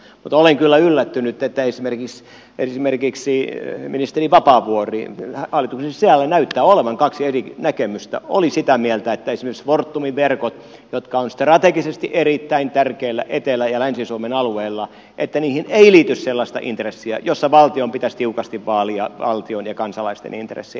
mutta olen kyllä yllättynyt että esimerkiksi ministeri vapaavuori hallituksen sisällä näyttää olevan kaksi eri näkemystä oli sitä mieltä että esimerkiksi fortumin verkkoihin jotka ovat strategisesti erittäin tärkeillä etelä ja länsi suomen alueilla ei liity sellaista intressiä jossa valtion pitäisi tiukasti vaalia valtion ja kansalaisten intressejä